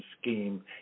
scheme